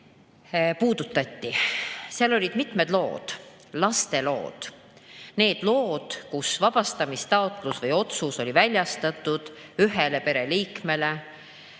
puudutati. Seal olid mitmed lood, laste lood, need lood, kus vabastamistaotluse või -otsus oli väljastatud ühele pereliikmele,